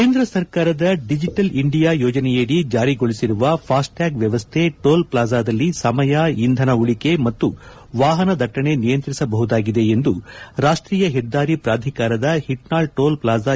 ಕೇಂದ್ರ ಸರ್ಕಾರದ digital India ಯೋಜನೆಯಡಿ ಜಾರಿಗೊಳಿಸಿರುವ ಫಾಸ್ಟ್ ಟ್ಯಾಗ್ ವ್ಯವಸ್ಥೆ ಟೋಲ್ ಪ್ಲಾಜಾದಲ್ಲಿ ಸಮಯ ಇಂಧನ ಉಳಿಕೆ ಮತ್ತು ವಾಹನ ದಟ್ಟಣೆ ನಿಯಂತ್ರಿಸಬಹುದಾಗಿದೆ ಎಂದು ರಾಷ್ಷೀಯ ಹೆದ್ದಾರಿ ಪ್ರಾಧಿಕಾರದ ಹಿಟ್ನಾಳ್ ಟೋಲ್ ಪ್ಲಾಜಾ